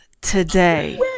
today